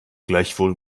gleichwohl